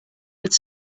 would